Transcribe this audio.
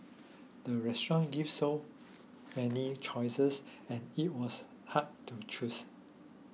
the restaurant gave so many choices and it was hard to choose